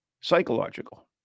psychological